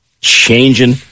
changing